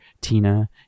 Tina